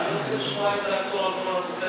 אני רוצה לשמוע את דעת השר.